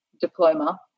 diploma